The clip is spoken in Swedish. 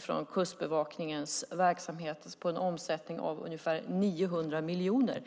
från Kustbevakningens verksamhet som har en omsättning på ungefär 900 miljoner.